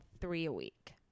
three-a-week